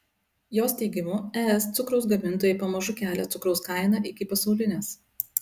jos teigimu es cukraus gamintojai pamažu kelia cukraus kainą iki pasaulinės